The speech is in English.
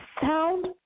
sound